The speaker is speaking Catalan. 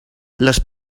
les